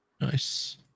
nice